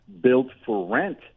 built-for-rent